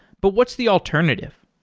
but what's the alternative?